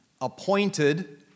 appointed